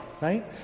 right